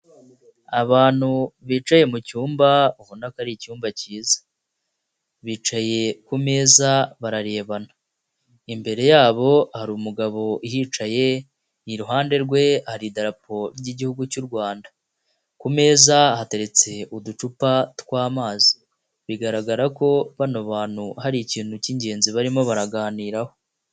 Abantu bicaye mu cyumba, ubona ko ari icyumba cyiza. Bicaye ku meza bararebana. Imbere yabo hari umugabo uhicaye, iruhande rwe hari idarapo ry'igihugu cy'u Rwanda. Ku meza hateretse uducupa tw'amazi. Bigaragara ko bano bantu, hari ikintu cy'ingenzi barimo baraganiraho.